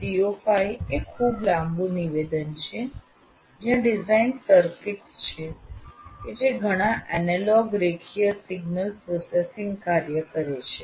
CO5 એ ખૂબ લાબું નિવેદન છે જ્યાં ડિઝાઇન સર્કિટ્સ છે કે જે ઘણા એનાલોગ રેખીય સિગ્નલ પ્રોસેસીંગ કાર્ય કરે છે